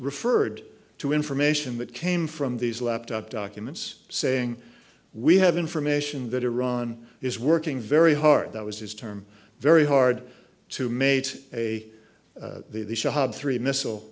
referred to information that came from these laptop documents saying we have information that iran is working very hard that was his term very hard to mate a the shahab three missile